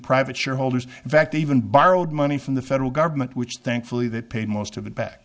private shareholders in fact even borrowed money from the federal government which thankfully they paid most of it back